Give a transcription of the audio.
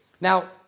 Now